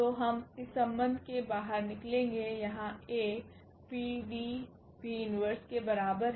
तो हम इस संबंध से बाहर निकलेंगे यहां A PDP 1 के बराबर है